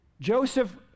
Joseph